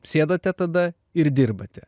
sėdate tada ir dirbate